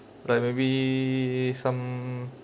like maybe some